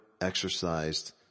exercised